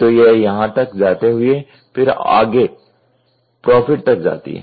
तो यह यहां तक जाती है हुए फिर आगे प्रॉफिट तक जाती है